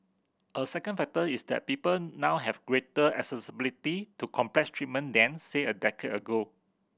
a second factor is that people now have greater accessibility to complex treatment than say a decade ago